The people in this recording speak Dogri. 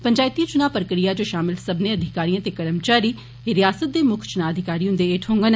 पंचैती चुना प्रक्रिया च शामल सब्बै अधिकारी ते कर्मचारी रियासत दे मुक्ख चुना अधिकारी हुन्दे हैठ होङन